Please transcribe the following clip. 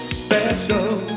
special